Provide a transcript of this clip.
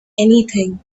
anything